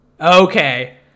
okay